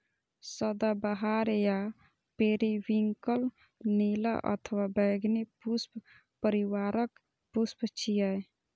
सदाबहार या पेरिविंकल नीला अथवा बैंगनी पुष्प परिवारक पुष्प छियै